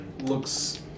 looks